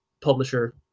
publisher